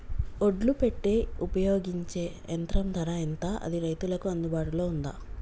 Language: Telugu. ఒడ్లు పెట్టే ఉపయోగించే యంత్రం ధర ఎంత అది రైతులకు అందుబాటులో ఉందా?